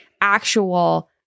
actual